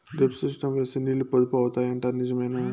Drip system వేస్తే నీళ్లు పొదుపు అవుతాయి అంటారు నిజమేనా?